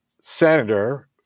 senator